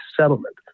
settlement